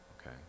okay